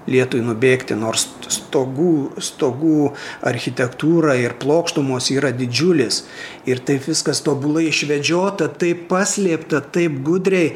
lietui nubėgti nors stogų stogų architektūra ir plokštumos yra didžiulės ir taip viskas tobulai išvedžiota taip paslėpta taip gudriai